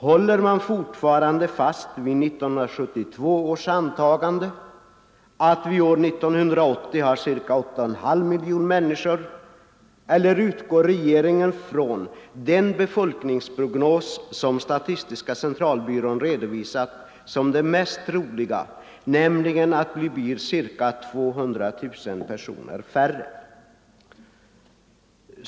Håller man fortfarande fast vid 1972 års antagande, att vi år 1980 har ca 8,5 miljoner människor, eller utgår regeringen från den befolkningsprognos som statistiska centralbyrån redovisat som den mest troliga, nämligen att vi blir ca 200000 personer färre?